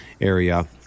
area